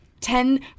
ten